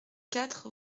quatre